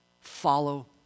Follow